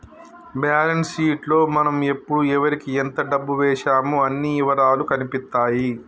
balance sheet లో మనం ఎప్పుడు ఎవరికీ ఎంత డబ్బు వేశామో అన్ని ఇవరాలూ కనిపిత్తాయి